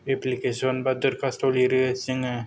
application बा दोरकास्त लिरो जोङो